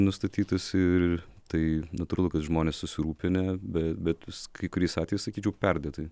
nustatytas ir tai natūralu kad žmonės susirūpinę be bet kai kuriais atvejais sakyčiau perdėtai